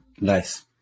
Nice